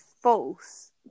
false